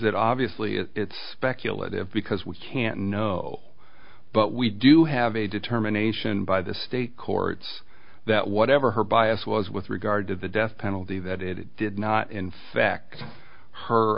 that obviously it's speculative because we can't know but we do have a determination by the state courts that whatever her bias was with regard to the death penalty that it did not in fact her